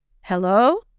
Hello